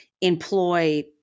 employ